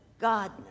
God